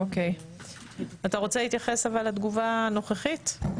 אתה רוצה להתייחס לתגובה הנוכחית?